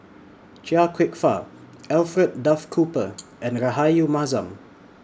Chia Kwek Fah Alfred Duff Cooper and Rahayu Mahzam